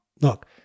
Look